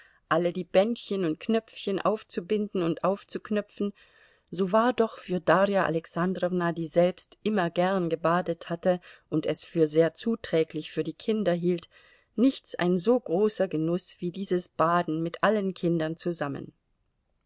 alle die bändchen und knöpfchen aufzubinden und aufzuknöpfen so war doch für darja alexandrowna die selbst immer gern gebadet hatte und es für sehr zuträglich für die kinder hielt nichts ein so großer genuß wie dieses baden mit allen kindern zusammen